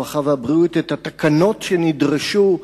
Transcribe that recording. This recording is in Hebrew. הרווחה והבריאות את התקנות שנדרש השר,